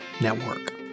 Network